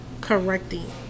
correcting